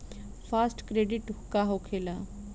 Fast credit का होखेला?